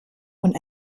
und